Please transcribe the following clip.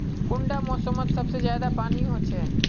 कुंडा मोसमोत सबसे ज्यादा पानी होचे?